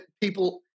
people